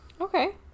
Okay